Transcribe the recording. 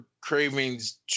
cravings